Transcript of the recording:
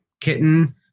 kitten